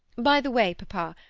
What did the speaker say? by the way, papa,